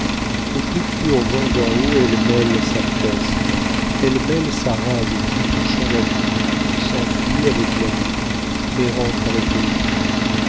au plus pur vent d'en haut elle mêle sa peste elle mêle sa rage aux plus doux chants d'amour s'enfuit avec la nuit mais rentre avec le jour